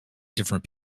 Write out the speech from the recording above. different